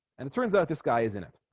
and it turns out this guy is in it